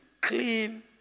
clean